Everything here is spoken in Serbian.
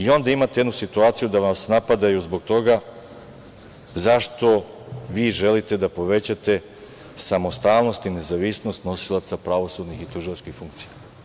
Onda imate jednu situaciju da vas napadaju zbog toga zašto vi želite da povećate samostalnost i nezavisnost nosilaca pravosudnih i tužilačkih funkcija.